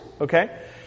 okay